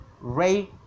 Ray